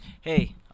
hey